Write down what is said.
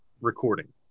recording